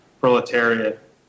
proletariat